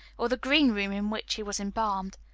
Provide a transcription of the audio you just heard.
or the green room in which he was embalmed.